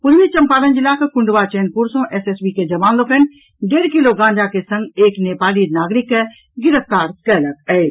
पूर्वी चंपारण जिलाक कुंडवा चैनपुर सँ एस एस बी के जवान लोकनि डेढ़ किलो गांजा के संग एक नेपाली नागरिक के गिरफ्तार कयलक अछि